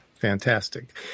Fantastic